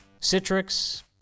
Citrix